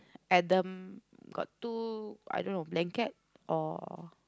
Adam got two I don't know blanket or